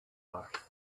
earth